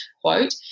quote